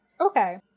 Okay